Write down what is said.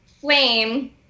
flame